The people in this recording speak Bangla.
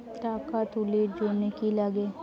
টাকা তুলির জন্যে কি লাগে?